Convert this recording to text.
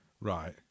Right